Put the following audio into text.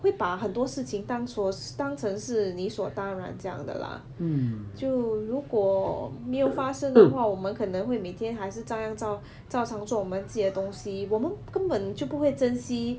会把很多事情当作当成是理所当然酱的啦就如果没有发生的话我们可能会每天还是照样照照常做我们自己的东西我们根本就不会珍惜